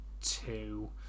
two